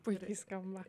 puikiai skamba